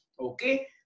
Okay